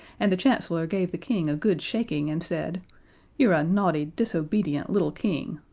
and the chancellor gave the king a good shaking, and said you're a naughty, disobedient little king!